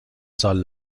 سال